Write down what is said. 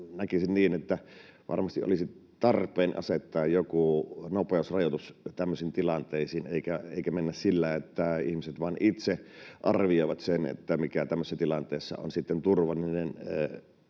näkisin niin, että varmasti olisi tarpeen asettaa joku nopeusrajoitus tämmöisiin tilanteisiin eikä mennä sillä, että ihmiset vain itse arvioivat sen, mikä tämmöisessä tilanteessa on sitten turvallinen